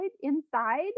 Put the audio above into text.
inside